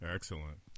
Excellent